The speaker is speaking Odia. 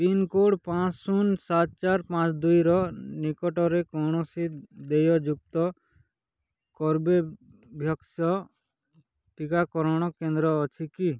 ପିନ୍କୋଡ଼୍ ପାଞ୍ଚ ଶୂନ ସାତ ଚାରି ପାଞ୍ଚ ଦୁଇର ନିକଟରେ କୌଣସି ଦେୟଯୁକ୍ତ କର୍ବେଭ୍ୟାକ୍ସ ଟିକାକରଣ କେନ୍ଦ୍ର ଅଛି କି